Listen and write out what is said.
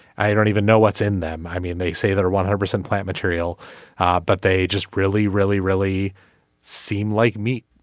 i don't even know what's in them. i mean they say that are one percent plant material but they just really really really seem like meat